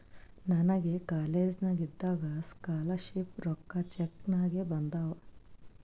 ನನಗ ಕಾಲೇಜ್ನಾಗ್ ಇದ್ದಾಗ ಸ್ಕಾಲರ್ ಶಿಪ್ ರೊಕ್ಕಾ ಚೆಕ್ ನಾಗೆ ಬಂದಾವ್